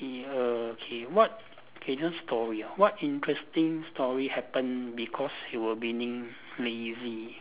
okay err okay what this one story what interesting story happened because you were being lazy